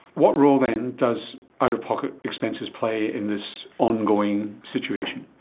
what role then does out-of-pocket expenses play in this ongoing situation?